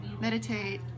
Meditate